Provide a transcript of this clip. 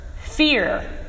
fear